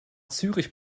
zürich